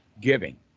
giving